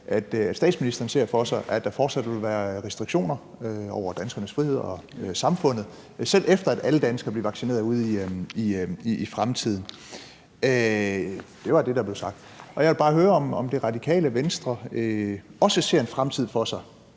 at statsministeren ser for sig, at der fortsat vil være restriktioner over danskernes frihed og samfundet, selv efter alle danskere er blevet vaccineret ude i fremtiden – det var det, der blev sagt – og jeg vil bare høre, om Radikale Venstre også ser en fremtid for sig,